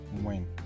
win